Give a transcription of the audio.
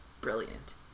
Brilliant